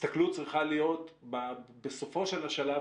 שההסתכלות צריכה להיות בסופו של השלב,